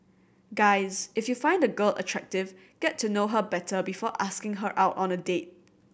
guys if you find a girl attractive get to know her better before asking her out on a date